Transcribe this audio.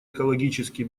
экологически